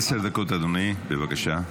עשר דקות, אדוני, בבקשה.